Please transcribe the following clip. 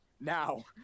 now